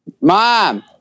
Mom